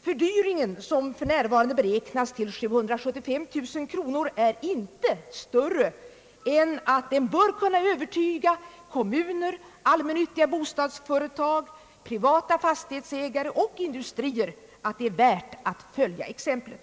Fördyringen, som för närvarande beräknas till ca 775 000 kronor per år, är inte större än att kommuner, allmännyttiga bostadsföretag, privata fastighetsägare och industrier bör kunna övertygas om att det är värt att följa exemplet.